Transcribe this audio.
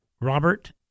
Robert